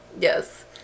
Yes